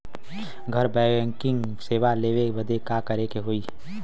घर बैकिंग सेवा लेवे बदे का करे के होई?